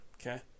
Okay